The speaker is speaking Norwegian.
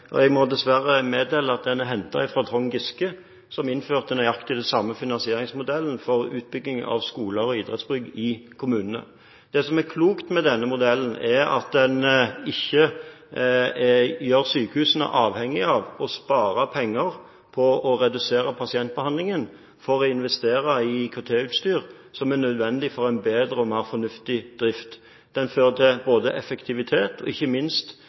klok. Jeg må dessverre meddele at den er hentet fra Trond Giske, som innførte nøyaktig den samme finansieringsmodellen for utbygging av skoler og idrettsbygg i kommunene. Det som er klokt med denne modellen, er at den ikke gjør sykehusene avhengige av å spare penger på å redusere pasientbehandlingen for å investere i IKT-utstyr som er nødvendig for en bedre og mer fornuftig drift. Den fører både til effektivitet og, ikke minst